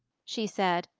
she said,